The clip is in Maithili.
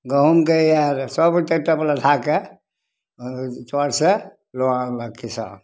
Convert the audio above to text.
गहूमके आएल सब ओहि ट्रैकटरपर लधाकऽ चरसँ लऽ आनलक किसान